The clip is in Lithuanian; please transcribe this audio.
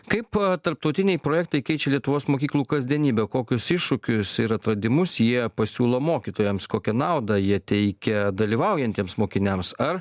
kaip tarptautiniai projektai keičia lietuvos mokyklų kasdienybę kokius iššūkius ir atradimus jie pasiūlo mokytojams kokią naudą jie teikia dalyvaujantiems mokiniams ar